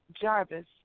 Jarvis